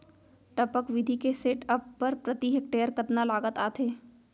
टपक विधि के सेटअप बर प्रति हेक्टेयर कतना लागत आथे?